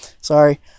Sorry